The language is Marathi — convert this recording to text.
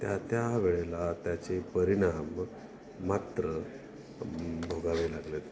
त्या त्यावेळेला त्याचे परिणाम मात्र भोगावे लागलेत